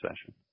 session